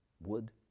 wood